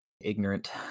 ignorant